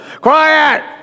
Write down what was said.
Quiet